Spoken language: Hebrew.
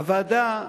הוועדה,